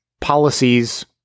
Policies